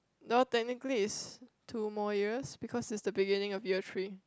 no technically is two more years because it's the beginning of year three